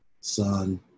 son